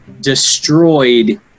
destroyed